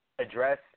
address